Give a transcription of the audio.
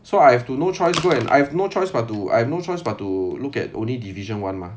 so I have to no choice go and I have no choice but to I have no choice but to look at only division one mah